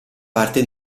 parte